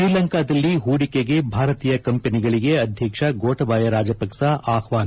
ಶ್ರೀಲಂಕಾದಲ್ಲಿ ಹೂಡಿಕೆಗೆ ಭಾರತೀಯ ಕಂಪನಿಗಳಿಗೆ ಅಧ್ಯಕ್ಷ ಗೋಟಬಾಯ ರಾಜಪಕ್ಷ ಆಹ್ವಾನ